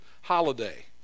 holiday